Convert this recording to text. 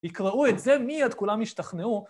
יקראו את זה מיד, כולם ישתכנעו.